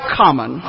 common